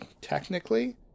technically